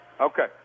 Okay